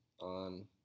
on